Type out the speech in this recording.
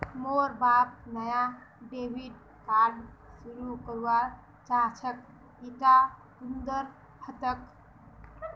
मोर बाप नाया डेबिट कार्ड शुरू करवा चाहछेक इटा कुंदीर हतेक